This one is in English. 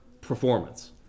performance